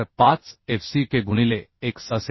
45fck गुणिले x असेल